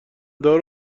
دار